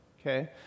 okay